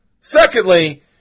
Secondly